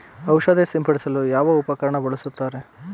ಔಷಧಿ ಸಿಂಪಡಿಸಲು ಯಾವ ಉಪಕರಣ ಬಳಸುತ್ತಾರೆ?